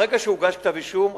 ברגע שהוגש כתב-אישום,